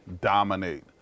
dominate